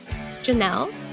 Janelle